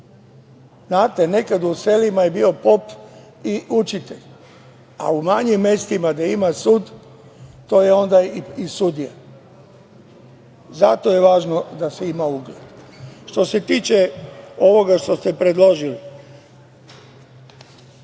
Znate, nekada je u selima bio pop i učitelj, a u manjim mestima gde ima sud to je onda i sudija. Zato je važno da se ima ugled. Što se tiče ovoga što ste predložili,